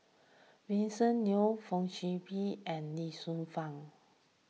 Vincent Leow Fong Sip Chee and Lee Shu Fen